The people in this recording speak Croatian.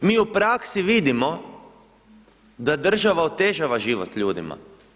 Mi u praksi vidimo da država otežava život ljudima.